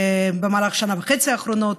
במהלך השנה וחצי האחרונות,